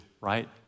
right